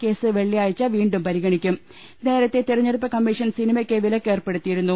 case വെള്ളിയാഴ്ച വീണ്ടും പരിഗണി ക്കും നേരത്തെ തെരഞ്ഞെടുപ്പ് കമ്മീഷൻ സിനിമയ്ക്ക് വിലക്ക് ഏർപ്പെടുത്തിയിരുന്നു